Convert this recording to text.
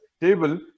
table